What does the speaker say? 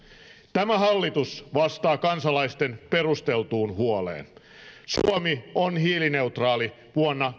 tämä hallitus vastaa kansalaisten perusteltuun huoleen suomi on hiilineutraali vuonna